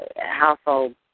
household